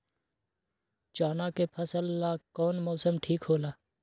चाना के फसल ला कौन मौसम ठीक होला?